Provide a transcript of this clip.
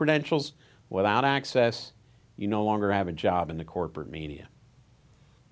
credentials without access you no longer have a job in the corporate media